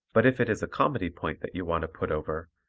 but if it is a comedy point that you want to put over,